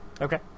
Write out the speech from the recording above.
Okay